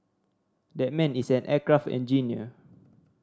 that man is an aircraft engineer